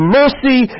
mercy